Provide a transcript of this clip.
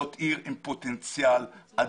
זאת עיר עם פוטנציאל אדיר